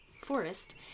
forest